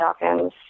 Dawkins